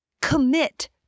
commit